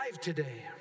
today